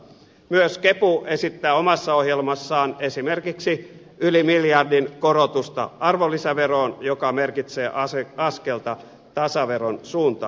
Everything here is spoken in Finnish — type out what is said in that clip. myös kepu esittää omassa ohjelmassaan esimerkiksi yli miljardin korotusta arvonlisäveroon mikä merkitsee askelta tasaveron suuntaan